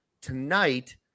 Tonight